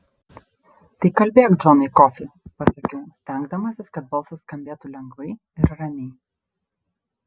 tai kalbėk džonai kofį pasakiau stengdamasis kad balsas skambėtų lengvai ir ramiai